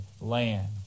land